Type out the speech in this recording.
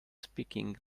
speaking